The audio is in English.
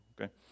okay